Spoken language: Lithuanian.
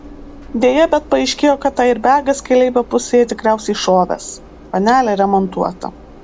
deja bet paaiškėjo kad airbegas keleivio pusėje tikriausiai šovęs panelė remontuota